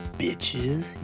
bitches